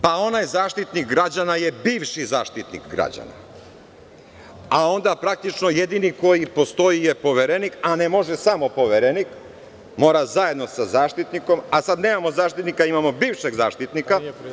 Pa, onaj Zaštitnik građana je bivši Zaštitnik građana, a onda praktično jedini koji postoji je Poverenik, a ne može samo Poverenik, mora zajedno sa Zaštitnikom, a sad nemamo Zaštitnika, imamo bivšeg Zaštitnika.